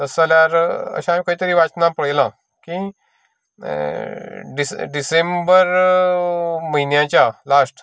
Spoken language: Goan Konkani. तशें जाल्यार अशें हांवें खंयतरी वाचनात पळयलां की डि डिसेंबर हो म्हयन्याच्या लास्ट